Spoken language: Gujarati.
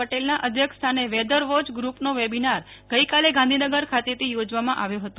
પટેલના અધ્યક્ષ સ્થાને વેધર વોચ ગુપનો વેબીનાર ગઈકાલે ગાંધીનગર ખાતેથી યોજવામાં આવ્યો હતો